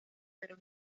pero